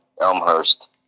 Elmhurst